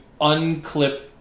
unclip